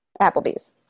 applebee's